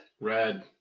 Red